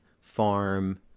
farm